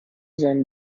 seinen